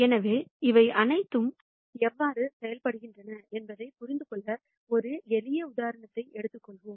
எனவே இவை அனைத்தும் எவ்வாறு செயல்படுகின்றன என்பதைப் புரிந்துகொள்ள ஒரு எளிய உதாரணத்தை எடுத்துக்கொள்வோம்